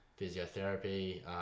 physiotherapy